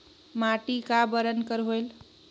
माटी का बरन कर होयल?